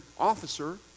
officer